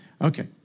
Okay